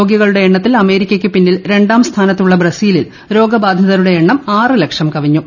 രോഗികളുടെ എണ്ണത്തിൽ അമേരിക്കയ്ക്ക് പിന്നിൽ രണ്ടാം സ്ഥാനത്തുള്ള ബ്രസീലിൽ രോഗബാധിതരുടെ എണ്ണം ആറ് ലക്ഷം കവിഞ്ഞു